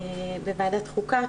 בוועדת חוקה,